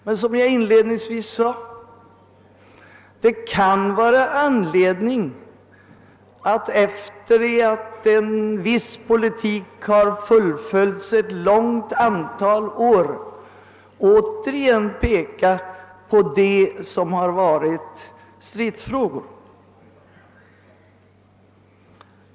Men som jag inledningsvis sade kan det vara anledning att efter det att en viss politik fullföljts ett stort antal år åter peka på det som har varit stridsfrågor.